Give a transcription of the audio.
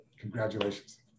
congratulations